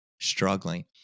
struggling